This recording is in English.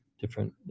different